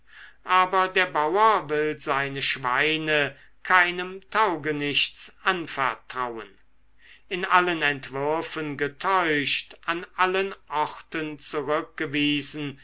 aber der bauer will seine schweine keinem taugenichts anvertrauen in allen entwürfen getäuscht an allen orten zurückgewiesen